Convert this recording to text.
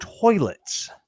toilets